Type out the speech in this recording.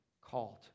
called